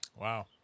Wow